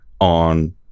on